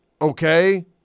okay –